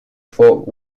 fort